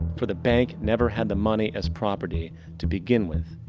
for the bank never had the money as property to begin with.